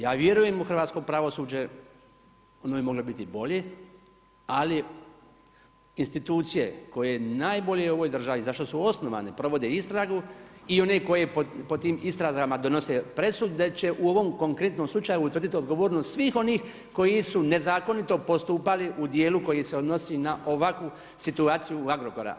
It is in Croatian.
Ja vjerujem u hrvatsko pravosuđe, ono bi moglo biti i bolje, ali, institucije, koje najbolje u ovoj državi, za što su osnovane, provode istragu i one koje pod tim istrazima donose presudu, da će u ovom konkretnom slučaju utvrditi odgovornost svih onih koji su nezakinuto postupali u dijelu, koji se odnosi na ovakvu situaciju Agrokora.